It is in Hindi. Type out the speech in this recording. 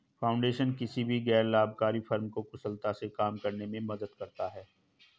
फाउंडेशन किसी भी गैर लाभकारी फर्म को कुशलता से काम करने में मदद करता हैं